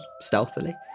stealthily